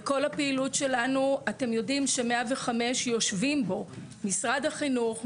אתם יודעים ש-105 יושבים בו משרד החינוך,